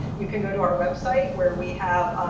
you can go to our website where we have